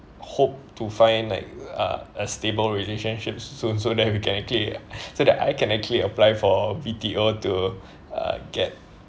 hope to find like a a stable relationship soon so that we can actually so that I can actually apply for B_T_O to uh get